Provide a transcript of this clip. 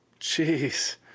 Jeez